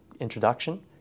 introduction